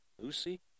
Lucy